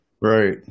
right